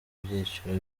byiciro